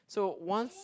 so once